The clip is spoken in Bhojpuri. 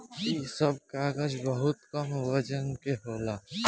इ सब कागज बहुत कम वजन के होला